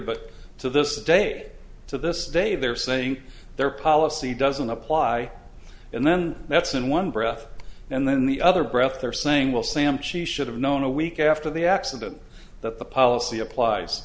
but to this day to this day they're saying their policy doesn't apply and then that's in one breath and then the other breath they're saying will sam she should have known a week after the accident that the policy applies